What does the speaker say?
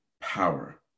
power